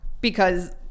because-